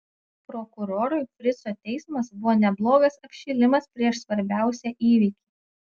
prokurorui frico teismas buvo neblogas apšilimas prieš svarbiausią įvykį